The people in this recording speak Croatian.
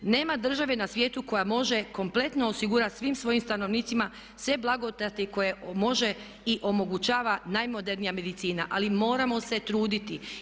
Nema države na svijetu koja može kompletno osigurati svim svojim stanovnicima sve blagodati koje može i omogućava najmodernija medicina ali moramo se trudit.